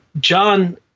John